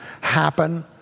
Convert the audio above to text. happen